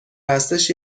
هستش